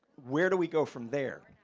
where do we go from there?